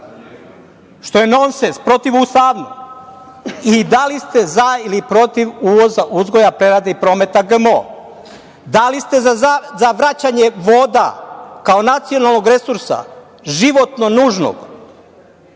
što je nonsens, protiv Ustava i da li ste za ili protiv uvoza, uzgoja, prerade i prometa GMO? Da li ste za vraćanje voda kao nacionalnog resursa, životno nužnog,